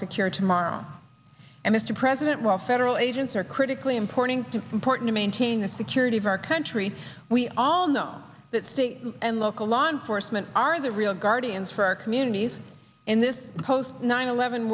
secure tomorrow mr president while federal agents are critically important to important to maintain the security of our country we all know that state and local law enforcement are the real guardians for our communities in this post nine eleven